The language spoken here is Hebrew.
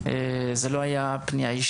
אז זו לא הייתה כוונתי.